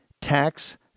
Tax